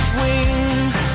wings